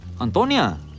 Antonia